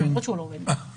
למרות שהוא לא עובד מדינה.